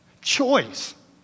Choice